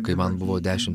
kai man buvo dešimt